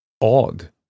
odd